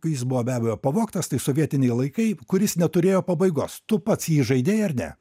jis buvo be abejo pavogtas tai sovietiniai laikai kuris neturėjo pabaigos tu pats jį žaidei ar ne